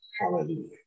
Hallelujah